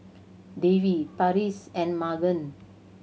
Davy Parrish and Magen